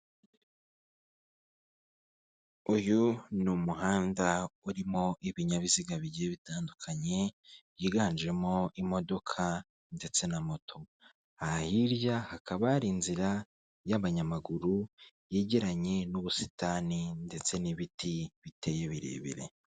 Uyu ni umuhanda urimo ibinyabiziga bigiye bitandukanye byiganjemo imodoka ndetse na moto. Aha hirya hakaba hari inzira y'abanyamaguru yegeranye n'ubusitani ndetse n'ibiti biteye birebire.